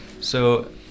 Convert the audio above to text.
so-